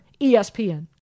ESPN